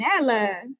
Nella